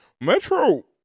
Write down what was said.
Metro